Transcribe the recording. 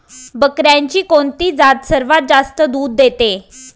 बकऱ्यांची कोणती जात सर्वात जास्त दूध देते?